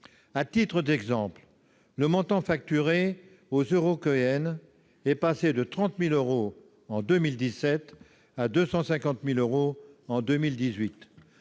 À titre d'exemple, le montant facturé aux Eurockéennes est passé de 30 000 euros en 2017 à 250 000 euros en 2018.